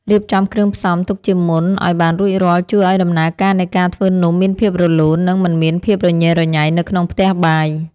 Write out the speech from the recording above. រៀបចំគ្រឿងផ្សំទុកជាមុនឱ្យបានរួចរាល់ជួយឱ្យដំណើរការនៃការធ្វើនំមានភាពរលូន និង មិនមានភាពរញ៉េរញ៉ៃនៅក្នុងផ្ទះបាយ។